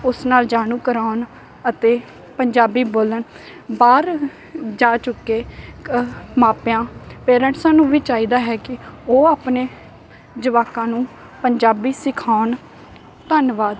ਉਸ ਨਾਲ ਜਾਣੂ ਕਰਵਾਉਣ ਅਤੇ ਪੰਜਾਬੀ ਬੋਲਣ ਬਾਹਰ ਜਾ ਚੁੱਕੇ ਕ ਮਾਪਿਆਂ ਪੇਰੈਂਟਸਾਂ ਨੂੰ ਵੀ ਚਾਹੀਦਾ ਹੈ ਕਿ ਉਹ ਆਪਣੇ ਜਵਾਕਾਂ ਨੂੰ ਪੰਜਾਬੀ ਸਿਖਾਉਣ ਧੰਨਵਾਦ